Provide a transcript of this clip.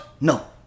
no